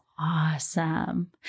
awesome